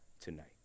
tonight